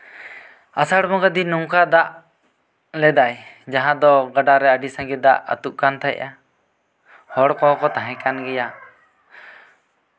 ᱟᱥᱟᱲ ᱵᱚᱸᱜᱟ ᱫᱤᱱ ᱱᱚᱝᱠᱟ ᱫᱟᱜ ᱞᱮᱫᱟᱭ ᱡᱟᱦᱟᱸ ᱫᱚ ᱜᱟᱰᱟ ᱨᱮ ᱟᱹᱰᱤ ᱥᱟᱸᱜᱮ ᱫᱟᱜ ᱟᱛᱩᱜ ᱠᱟᱱ ᱛᱟᱦᱮᱸᱫ ᱠᱟᱱ ᱛᱟᱦᱮᱸᱫᱼᱟ ᱦᱚᱲ ᱠᱚᱦᱚᱸ ᱠᱚ ᱛᱟᱦᱮᱸ ᱠᱟᱱ ᱜᱮᱭᱟ